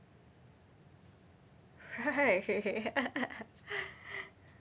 right